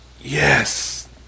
yes